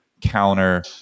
counter